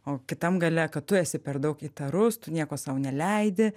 o kitam gale kad tu esi per daug įtarus tu nieko sau neleidi